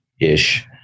ish